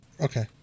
Okay